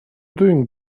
doing